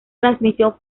transmisión